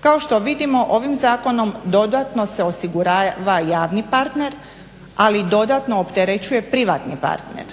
Kao što vidimo ovim zakonom dodatno se osigurava javni partner, ali i dodatno opterećuje privatni partner.